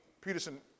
Peterson